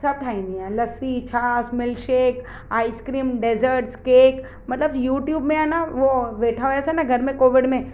सभु ठाहींदी आहियां लस्सी छास milkshake ice cream desserts cake मतिलबु यूट्यूब में आहे न उहो वेठा हुयसि न घर में कोविड में